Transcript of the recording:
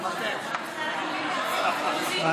בבקשה,